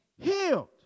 Healed